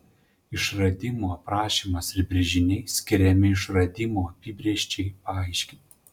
išradimo aprašymas ir brėžiniai skiriami išradimo apibrėžčiai paaiškinti